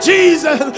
Jesus